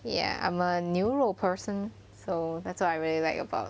ya I'm a 牛肉 person so that's what I really liked about